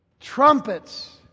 Trumpets